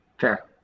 Fair